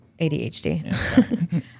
ADHD